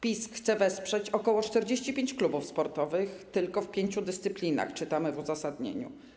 PiS chce wesprzeć ok. 45 klubów sportowych, ale tylko w pięciu dyscyplinach, jak czytamy w uzasadnieniu.